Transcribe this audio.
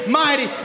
mighty